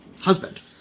husband